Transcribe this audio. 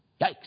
Yikes